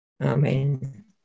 Amen